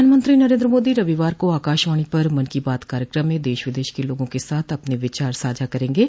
प्रधानमंत्री नरेन्द्र मोदी रविवार को आकाशवाणी पर मन की बात कार्यक्रम में देश विदेश के लोगों के साथ अपने विचार साझा करेंगे